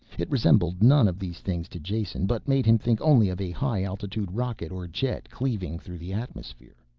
it resembled none of these things to jason, but made him think only of a high altitude rocket or jet, cleaving through the atmosphere.